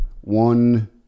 One